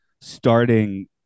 starting